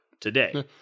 today